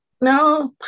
no